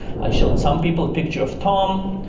i showed some people a picture of tom,